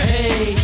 Hey